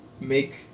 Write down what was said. make